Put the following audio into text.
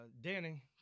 Danny